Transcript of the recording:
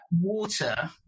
water